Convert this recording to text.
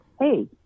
Hey